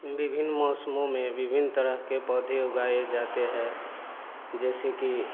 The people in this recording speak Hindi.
विभिन्न मौसमों में विभिन्न तरह के पौधे उगाए जाते हैं जैसे कि